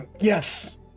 Yes